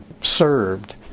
served